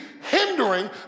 hindering